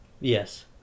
Yes